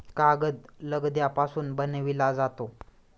कागद लगद्यापासून बनविला जातो